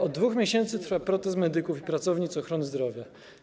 Od 2 miesięcy trwa protest medyków i pracownic ochrony zdrowia.